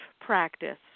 practice